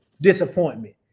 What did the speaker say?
disappointment